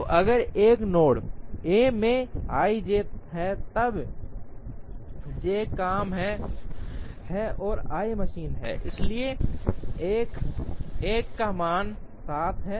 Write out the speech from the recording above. तो अगर एक नोड a में i j है तब j काम है और i मशीन है इसलिए 1 1 का मान 7 है